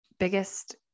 biggest